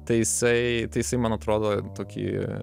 tai jisai tai jisai man atrodo tokį